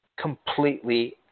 completely